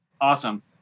Awesome